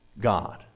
god